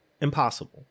Impossible